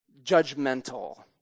judgmental